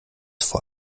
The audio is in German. vor